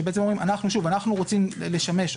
שוב, אנחנו רוצים לשמש,